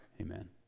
Amen